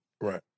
Right